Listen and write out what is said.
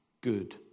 Good